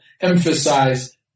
emphasize